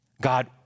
God